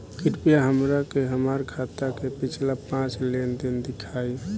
कृपया हमरा के हमार खाता के पिछला पांच लेनदेन देखाईं